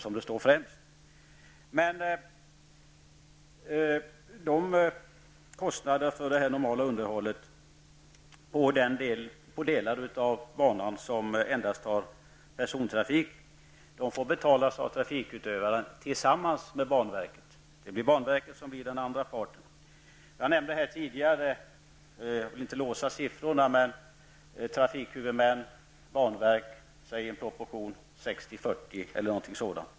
Men kostnader för det normala underhållet på delar av banan som endast har persontrafik får betalas av trafikutövaren tillsammans med banverket. Banverket blir den andra parten. Jag vill inte låsa siffrorna men jag kan tänka mig att proportionerna mellan trafikhuvudmännen och banverket blir 60-- 40 eller någonting sådant.